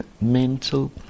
mental